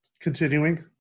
continuing